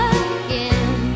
again